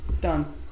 Done